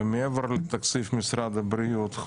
ומעבר לתקציב משרד הבריאות,